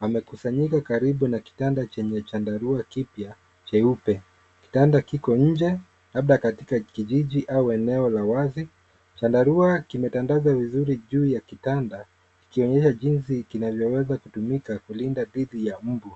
wamekusanyika karibu na kitanda chenye chandarua kipya, cheupe. Kitanda kiko nje, labda katika kijiji au eneo la wazi, chandarua kimetandazwa vizuri juu ya kitanda, kikionyesha wazi jinsi kinavyoweza kutumika, kulinda dhidi ya mbu.